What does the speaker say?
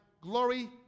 glory